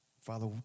Father